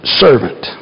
servant